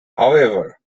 however